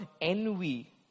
envy